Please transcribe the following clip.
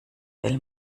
will